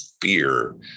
fear